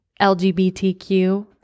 lgbtq